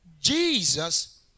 Jesus